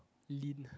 lean